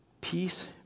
Peace